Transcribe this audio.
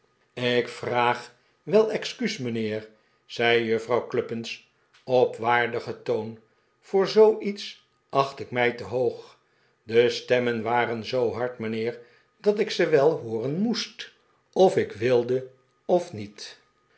ik vraag wel excuus mijnheer zei juffrouw cluppins op waardigen toon voor zooiets acht ik mij te hoog de stemmen waren zoo hard mijnheer dat ik ze wel hooren moest of ik wilde of niet